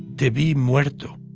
te vi, muerto.